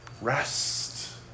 rest